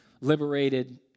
liberated